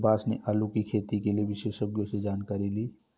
सुभाष ने आलू की खेती के लिए विशेषज्ञों से जानकारी ली